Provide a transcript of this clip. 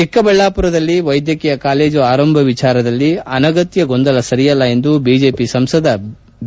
ಚಿಕ್ಕಬಳ್ಳಾಪುರದಲ್ಲಿ ವೈದ್ಯಕೀಯ ಕಾಲೇಜು ಆರಂಭ ವಿಚಾರದಲ್ಲಿ ಅನಗತ್ತ ಗೊಂದಲ ಸರಿಯಲ್ಲ ಎಂದು ಬಿಜೆಪಿ ಸಂಸದ ಬಿ